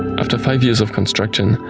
after five years of construction,